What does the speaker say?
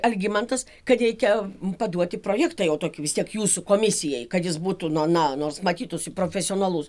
algimantas kad reikia paduoti projektą jau tokį vis tiek jūsų komisijai kad jis būtų na na nors matytųsi profesionalus